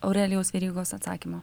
aurelijaus verygos atsakymo